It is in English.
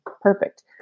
perfect